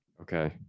Okay